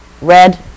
red